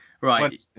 right